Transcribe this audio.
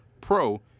pro